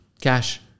cash